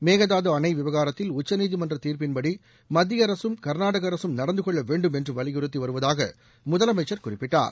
மேகதாது அணை விவகாரத்தில் உச்சநீதிமன்ற தீர்ப்பின்படி மத்திய அரசும் கர்நாடக அரசும் நடந்து கொள்ள வேண்டும் என்று வலியுறுத்தி வருவதாக முதலமைச்சர் குறிப்பிட்டார்